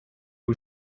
who